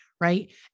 right